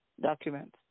documents